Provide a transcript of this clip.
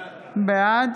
בעד